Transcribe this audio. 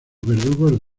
verdugos